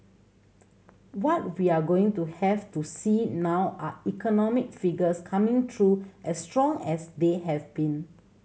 what we're going to have to see now are economic figures coming through as strong as they have been